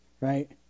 right